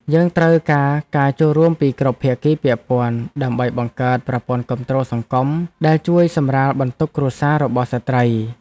យើងត្រូវការការចូលរួមពីគ្រប់ភាគីពាក់ព័ន្ធ ដើម្បីបង្កើតប្រព័ន្ធគាំទ្រសង្គមដែលជួយសម្រាលបន្ទុកគ្រួសាររបស់ស្ត្រី។